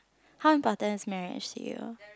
how important is marriage to you